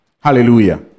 Hallelujah